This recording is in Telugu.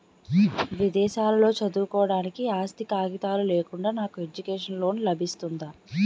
విదేశాలలో చదువుకోవడానికి ఆస్తి కాగితాలు లేకుండా నాకు ఎడ్యుకేషన్ లోన్ లబిస్తుందా?